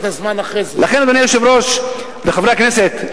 אדוני היושב-ראש וחברי הכנסת,